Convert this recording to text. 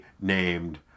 named